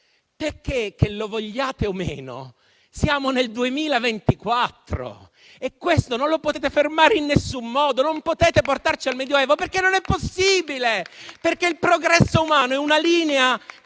che lo vogliate o meno, siamo nel 2024 e questo non lo potete fermare in nessun modo, non potete portarci al Medioevo. Non è possibile, perché il progresso umano è una linea